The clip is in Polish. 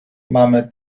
mamy